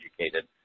educated